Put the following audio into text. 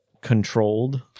controlled